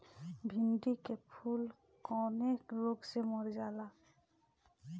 भिन्डी के फूल कौने रोग से मर जाला?